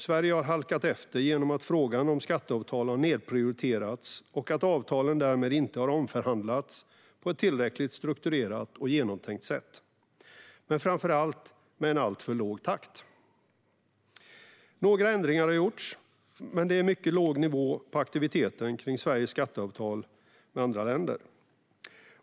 Sverige har halkat efter genom att frågan om skatteavtal har nedprio-riterats och att avtalen därmed inte har omförhandlats på ett tillräckligt strukturerat och genomtänkt sätt. Men framför allt har det skett med en alltför låg takt. Några ändringar har gjorts, men det är mycket låg nivå på aktiviteten kring Sveriges skatteavtal med andra länder.